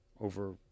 over